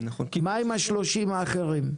מה עם ה-30 האחרים?